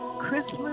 Christmas